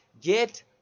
get